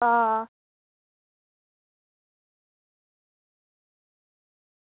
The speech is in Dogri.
आं